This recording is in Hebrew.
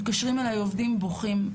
מתקשרים אליי עובדים בוכים,